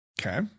Okay